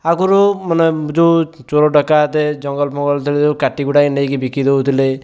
ଆଗରୁ ମାନେ ଯେଉଁ ଚୋର ଡକାୟତ ଜଙ୍ଗଲ ଫଙ୍ଗଲ ଯେତେବେଳେ ସବୁ କାଟି କୁଟାକି ନେଇକି ବିକି ଦେଉଥିଲେ